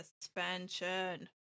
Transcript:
suspension